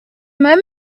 moment